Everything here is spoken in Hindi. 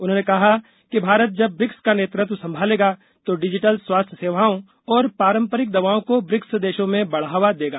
उन्होंने कहा कि भारत जब ब्रिक्स का नेतृत्व संभालेगा तो डिजिटल स्वास्थ्य सेवाओं और पारंपरिक दवाओं को ब्रिक्स देशों में बढ़ावा देगा